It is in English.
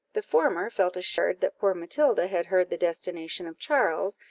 the former felt assured that poor matilda had heard the destination of charles,